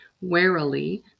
Warily